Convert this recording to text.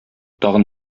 тагын